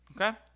okay